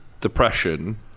depression